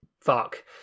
Fuck